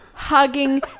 hugging